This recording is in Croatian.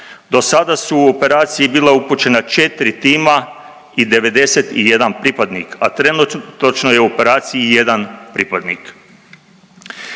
Do sada su u operaciji bila upućena četri tima i 91 pripadnik, a trenutačno je u operaciji jedan pripadnik.